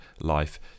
life